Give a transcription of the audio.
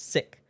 Sick